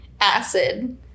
acid